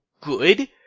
good